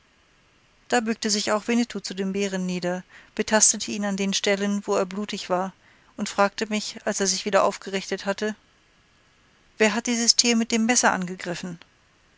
da bückte sich auch winnetou zu dem bären nieder betastete ihn an den stellen wo er blutig war und fragte mich als er sich wieder aufgerichtet hatte wer hat dieses tier mit dem messer angegriffen